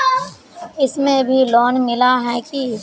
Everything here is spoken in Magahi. इसमें भी लोन मिला है की